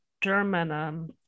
German